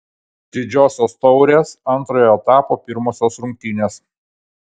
didžiosios taurės antrojo etapo pirmosios rungtynės